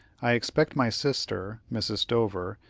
i expect my sister, mrs. stover,